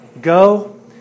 Go